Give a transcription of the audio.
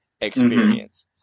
experience